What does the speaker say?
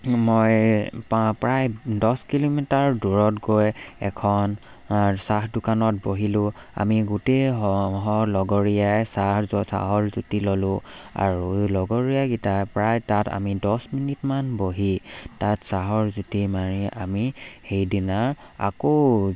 মই প্ৰায় দহ কিলোমিটাৰ দূৰত গৈ এখন চাহ দোকানত বহিলোঁ আমি গোটেই লগৰীয়াই চাহ চাহৰ জুতি ল'লোঁ আৰু লগৰীয়াকেইটা প্ৰায় তাত আমি দছ মিনিটমান বহি তাত চাহৰ জুতি মাৰি আমি সেইদিনা আকৌ